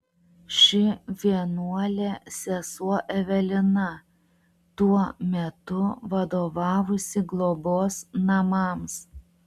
ši vienuolė sesuo evelina tuo metu vadovavusi globos namams